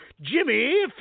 Jimmy